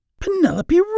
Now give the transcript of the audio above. Penelope